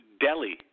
Delhi